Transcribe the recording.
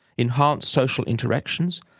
enhance social interactions,